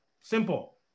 Simple